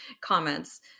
comments